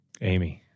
Amy